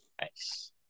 Nice